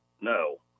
No